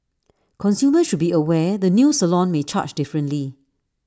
consumers should be aware the new salon may charge differently